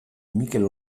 mikel